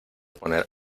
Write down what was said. poner